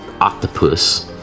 octopus